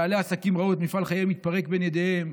בעלי עסקים ראו את מפעל חייהם מתפרק בין ידיהם,